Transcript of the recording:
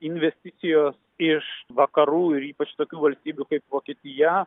investicijos iš vakarų ir ypač tokių valstybių kaip vokietija